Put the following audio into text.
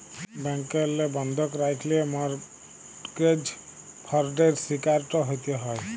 ব্যাংকেরলে বন্ধক রাখল্যে মরটগেজ ফরডের শিকারট হ্যতে হ্যয়